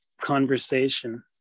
conversation